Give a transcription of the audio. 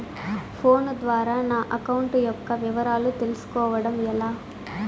Phone ద్వారా నా account యొక్క వివరాలు తెలుస్కోవడం ఎలా?